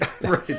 right